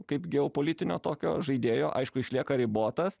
kaip geopolitinio tokio žaidėjo aišku išlieka ribotas